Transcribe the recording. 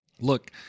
Look